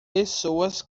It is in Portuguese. pessoas